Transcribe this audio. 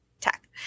tech